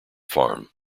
farm